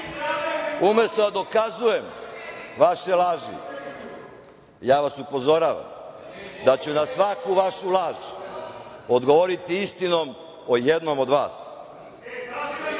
umesto da dokazujem vaše laži, ja vas upozoravam da ću na svaku vašu laž odgovoriti istinom o jednom od vas.